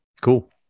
cool